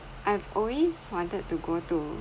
I have always wanted to go to